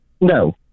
No